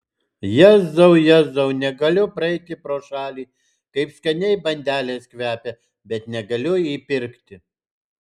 jėzau jėzau negaliu praeiti pro šalį kaip skaniai bandelės kvepia bet negaliu įpirkti